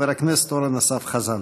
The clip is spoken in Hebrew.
חבר הכנסת אורן אסף חזן.